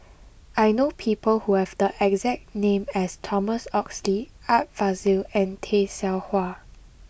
I know people who have the exact name as Thomas Oxley Art Fazil and Tay Seow Huah